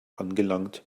angelangt